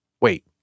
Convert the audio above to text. Wait